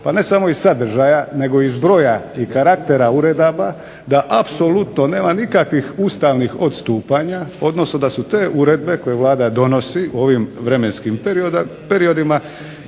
pa ne samo iz sadržaja nego iz broja i karaktera uredaba da apsolutno nema nikakvih ustavnih odstupanja odnosno da su te uredbe koje Vlada donosi u ovim vremenskim periodima